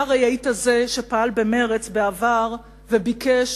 אתה הרי היית זה שפעל במרץ בעבר וביקש,